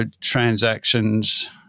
transactions